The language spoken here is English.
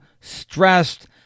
stressed